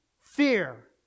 fear